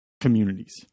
communities